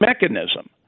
mechanism